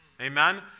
Amen